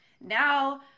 now